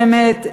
באמת,